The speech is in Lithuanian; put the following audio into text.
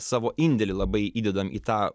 savo indėlį labai įdedam į tą